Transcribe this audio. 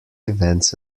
events